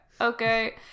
okay